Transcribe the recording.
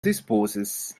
disposes